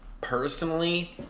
personally